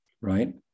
Right